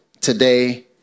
today